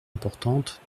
importantes